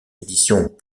éditions